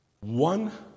One